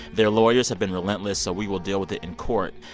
their lawyers have been relentless. so we will deal with it in court.